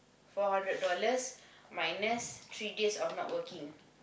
four hundred dollars minus three days of not working